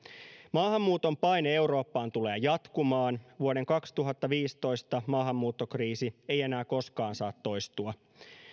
maahanmuuton paine eurooppaan tulee jatkumaan vuoden kaksituhattaviisitoista maahanmuuttokriisi ei enää koskaan saa toistua